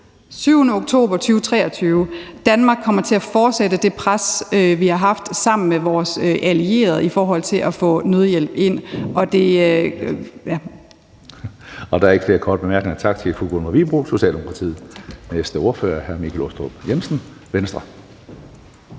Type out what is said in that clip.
7. oktober 2023. Og Danmark kommer til at fortsætte det pres, vi har lagt sammen med vores allierede, i forhold til at få nødhjælp ind. Kl. 09:37 Tredje næstformand (Karsten Hønge): Der er ikke flere korte bemærkninger. Tak til fru Gunvor Wibroe, Socialdemokratiet. Næste ordfører er hr. Michael Aastrup Jensen, Venstre.